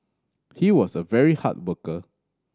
he was a very hard worker